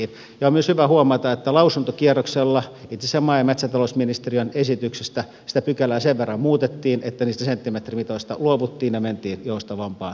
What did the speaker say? on myös hyvä huomata että lausuntokierroksella itse asiassa maa ja metsätalousministeriön esityksestä sitä pykälää sen verran muutettiin että niistä senttimetrimitoista luovuttiin ja mentiin joustavampaan toiseen käytäntöön